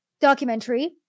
documentary